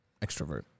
extrovert